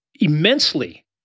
immensely